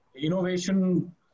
Innovation